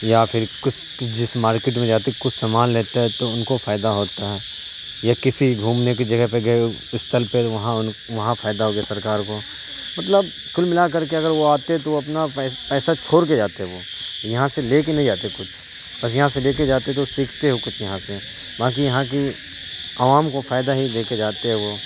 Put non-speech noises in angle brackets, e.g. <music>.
یا پھر کس جس مارکیٹ میں جاتے کچھ سامان لیتا ہے تو ان کو فائدہ ہوتا ہے یا کسی گھومنے کی جگہ پہ گئے <unintelligible> پہ وہاں وہاں فائدہ ہو گیا سرکار کو مطلب کل ملا کر کے اگر وہ آتے تو اپنا پیسہ چھوڑ کے جاتے وہ یہاں سے لے کے نہیں جاتے کچھ بس یہاں سے لے کے جاتے تو سیکھتے وہ کچھ یہاں سے باقی یہاں کی عوام کو فائدہ ہی دے کے جاتے ہیں وہ